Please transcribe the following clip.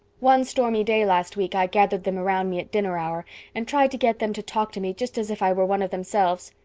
one stormy day last week i gathered them around me at dinner hour and tried to get them to talk to me just as if i were one of themselves.